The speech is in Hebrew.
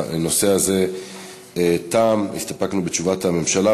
הנושא הזה תם, הסתפקנו בתשובת הממשלה.